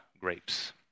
grapes